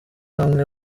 hamwe